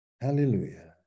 Hallelujah